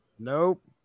Nope